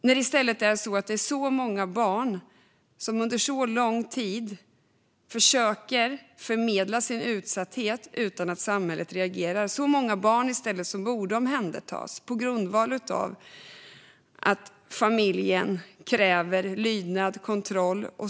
I själva verket har många barn under lång tid försökt förmedla sin utsatthet utan att samhället reagerar. Det är så många barn som borde omhändertas på grundval av att familjen kräver lydnad och kontroll.